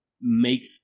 make